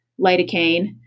lidocaine